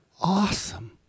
awesome